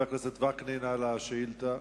יישר-כוח לחבר הכנסת וקנין על השאילתא.